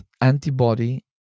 antibody